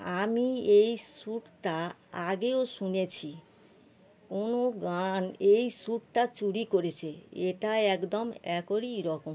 আমি এই সুরটা আগেও শুনেছি কোনও গান এই সুরটা চুরি করেছে এটা একদম একই রকম